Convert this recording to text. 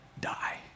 die